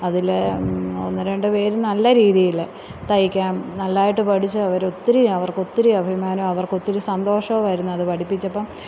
അതില് ഒന്ന് രണ്ട് പേര് നല്ല രീതിയില് തയിക്കാൻ നല്ലതായിട്ട് പഠിച്ച് അവരൊത്തിരി അവര്ക്കൊത്തിരി അഭിമാനവും അവര്ക്കൊത്തിരി സന്തോഷവും വരുന്നത് പഠിപ്പിച്ചപ്പം